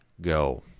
go